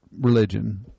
Religion